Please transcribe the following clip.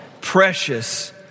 precious